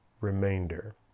remainder